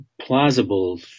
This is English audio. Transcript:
plausible